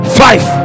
five